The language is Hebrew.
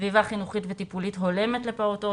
סביבה חינוכית וטיפולית הולמת לפעוטות,